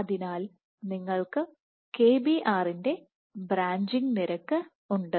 അതിനാൽ നിങ്ങൾക്ക് Kbr ന്റെ ബ്രാഞ്ചിംഗ് നിരക്ക് ഉണ്ട്